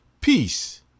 Peace